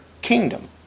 kingdom